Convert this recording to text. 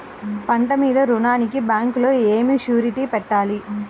పంట మీద రుణానికి బ్యాంకులో ఏమి షూరిటీ పెట్టాలి?